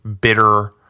bitter